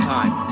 Time